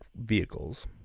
vehicles